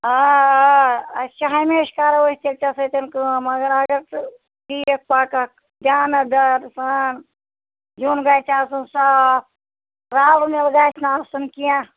آ آ اَسہِ چھِ ہَمیشہٕ کَرو أسۍ تیٚلہِ ژےٚ سۭتۍ کٲم حظ مَگر اگر ژٕ ٹھیٖک پَکَکھ دیانَتھ دار سان زیُن گژھِ آسُن صاف رَلہٕ مَلہٕ گژھِ نہٕ آسُن کیٚنٛہہ